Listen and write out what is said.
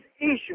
issue